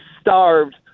starved